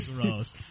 gross